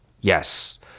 yes